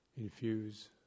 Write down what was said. infuse